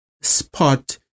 spot